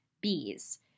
bees